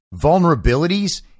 vulnerabilities